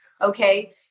Okay